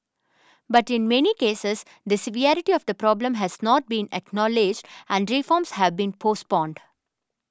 but in many cases the severity of the problem has not been acknowledged and reforms have been postponed